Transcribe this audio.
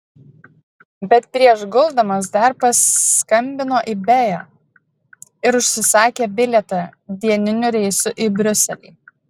bet prieš guldamas dar paskambino į bea ir užsisakė bilietą dieniniu reisu į briuselį